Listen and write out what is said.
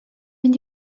mynd